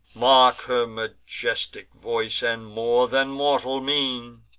mark her majestic voice, and more than mortal mien!